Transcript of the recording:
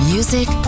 Music